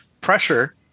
pressure